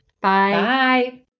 Bye